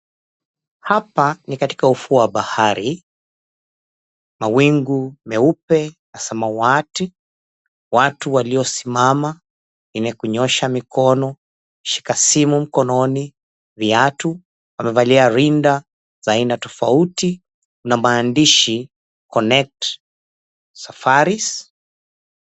Hapa ni katika ufuo wa bahari, mawingu meupe na samawati, watu waliosimama wenye kunyoosha mikono, shika simu mkononi ,viatu, amevalia rinda za aina tofauti na maandishi, "Connect Safaris".